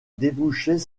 débouchait